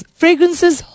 fragrances